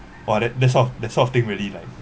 !wah! that that's sort of that sort of thing really like